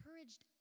encouraged